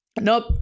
Nope